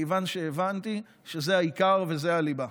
מכיוון שהבנתי שזה העיקר וזה הליבה.